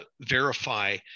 verify